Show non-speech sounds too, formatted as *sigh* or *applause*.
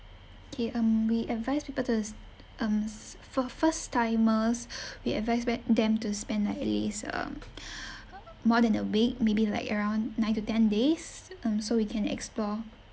K um we advise people to um s~ for first-timers we advise back them to spend like at least um *breath* more than a week maybe like around nine to ten days um so we can explore